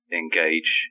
engage